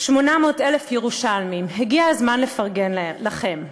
800,000 ירושלמים, הגיע הזמן לפרגן לכם.